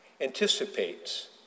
anticipates